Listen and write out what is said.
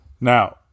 Now